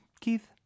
keith